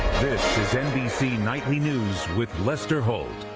this is nbc nightly news with lester holt.